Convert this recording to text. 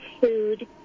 food